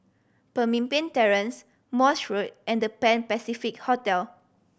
Pemimpin Terrace Morse Road and The Pan Pacific Hotel